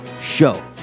show